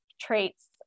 traits